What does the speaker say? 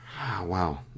Wow